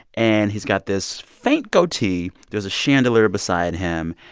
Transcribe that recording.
and he's got this faint goatee. there's a chandelier beside him.